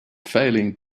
failing